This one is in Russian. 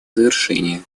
завершения